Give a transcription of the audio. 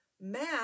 math